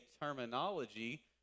terminology